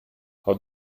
how